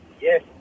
Yes